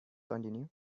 continue